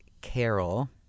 Carol